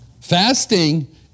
fasting